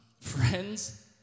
friends